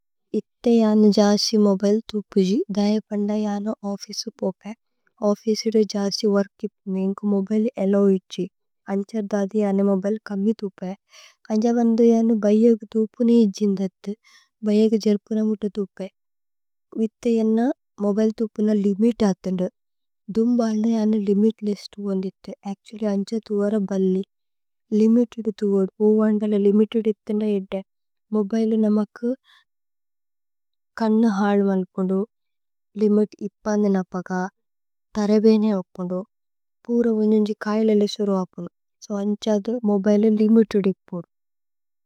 ഇത്തേ ജനേ ജസേ മോബിലേ ഥുപുജി ദയ പന്ദ ജനേ। ഓഫിസു പോപേ ഇത്തേ ജനേ ജസേ മോബിലേ ഥുപുജി ദയ। പന്ദ ജനേ ഓഫിസു പോപേ। ഓഫിസു ദേ ജസേ വോര്കി പുനേ। ജേന്ഗു മോബിലേ ഏല്ലോവി ഛി ഓഫിസു ദേ ജസേ വോര്കി। പുനേ ജേന്ഗു മോബിലേ ഏല്ലോവി ഛി അന്ജ ദാദി ജനേ। മോബിലേ കമ്മി ഥുപേ അന്ജ ദാദി ജനേ മോബിലേ കമി। ഥുപേ അന്ജ ബന്ദു ജനേ ബൈയഗ് ഥുപു നേ ഇജ്ജിന്ദഥു। ബൈയഗ് ജര്പുന മുത ഥുപേ അന്ജ ബന്ദു ജനേ ബൈയഗ്। ഥുപു നേ ഇജ്ജിന്ദഥു ബൈയഗ് ജര്പുന മുത ഥുപേ। ഇത്തേ ജനേ മോബിലേ ഥുപു നേ ലിമിത്। അഥന്ദു ഇത്തേ ജനേ മോബിലേ ഥുപു നേ ലിമിത് അഥന്ദു। കന്നു ഹലു അലകുന്ദു ലിമിത് ഇപന്ദിന പഗ കന്നു। ഹലു അലകുന്ദു ലിമിത് ഇപന്ദിന പഗ। തരേബേഇനേ ഓകുന്ദു പൂര ഉന്ജുന്ജി കായേല് ഏല്ലു സുരു। ആപുന്ദു തരേബേഇനേ ഓകുന്ദു പൂര ഉന്ജുന്ജി കായേല്। ഏല്ലു സുരു ആപുന്ദു। സോ അന്ഛാദു മോബിലേ ലിമിത് ഉദിക്। പോദു സോ അന്ഛാദു മോബിലേ ലിമിത് ഉദിക് പോദു।